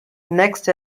next